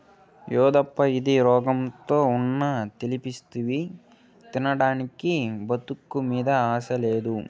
యేదప్పా ఇది, రోగంతో ఉన్న తెప్పిస్తివి తినేదానికి బతుకు మీద ఆశ లేదా